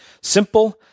Simple